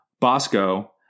Bosco